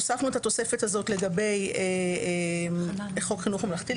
הוספנו את התוספת הזאת לגבי חוק חינוך ממלכתי,